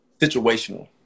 Situational